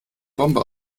bombe